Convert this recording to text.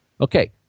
Okay